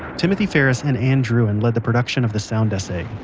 timothy ferris and ann druyan led the production of the sound essay.